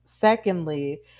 Secondly